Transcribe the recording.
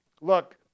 look